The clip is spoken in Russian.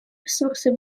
ресурсы